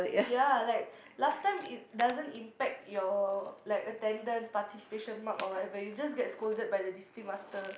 ya like last time it doesn't impact your like attendance participation mark or whatever you just get scolded by the discipline master